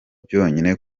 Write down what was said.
byonyine